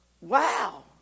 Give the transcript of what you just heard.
Wow